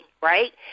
right